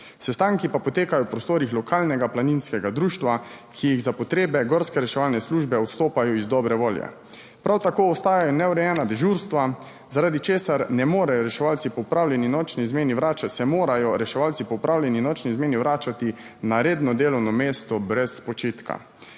sestanki pa potekajo v prostorih lokalnega planinskega društva, ki jih za potrebe gorske reševalne službe odstopajo iz dobre volje. Prav tako ostajajo neurejena dežurstva, zaradi česar se morajo reševalci po opravljeni nočni izmeni vračati na redno delovno mesto brez počitka.